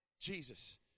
Jesus